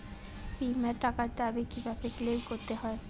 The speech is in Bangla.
বিমার টাকার দাবি কিভাবে ক্লেইম করতে হয়?